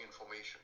information